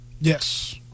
Yes